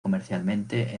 comercialmente